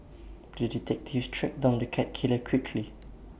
the detective tracked down the cat killer quickly